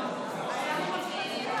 דואר אלקטרוני,